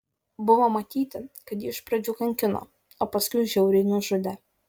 buvo matyti kad jį iš pradžių kankino o paskui žiauriai nužudė